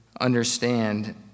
understand